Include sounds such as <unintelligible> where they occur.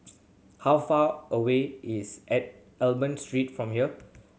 how far away is <unintelligible> Almond Street from here